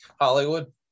Hollywood